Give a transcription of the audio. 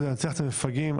כדי לנצח את המפגעים.